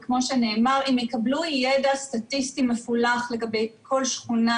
וכמו שנאמר הם יקבלו ידע סטטיסטי מפולח לגבי כל שכונה,